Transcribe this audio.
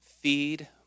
Feed